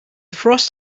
frost